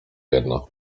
jedno